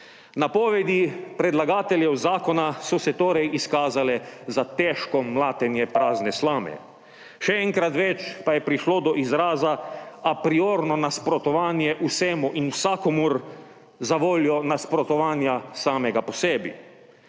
Napovedi predlagateljev zakona so se torej izkazale za težko mlatenje prazne slame. Še enkrat več pa je prišlo do izraza apriorno nasprotovanje vsemu in vsakomur zavoljo nasprotovanja samega po sebi.